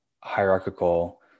hierarchical